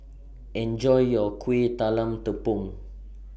Enjoy your Kuih Talam Tepong